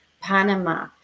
Panama